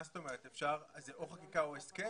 מה זאת אומרת או חקיקה או הסכם?